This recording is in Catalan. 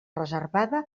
reservada